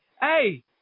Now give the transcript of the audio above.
hey